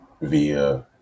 via